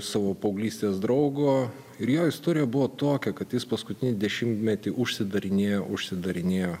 savo paauglystės draugo ir jo istorija buvo tokia kad jis paskutinį dešimtmetį užsidarinėjo užsidarinėjo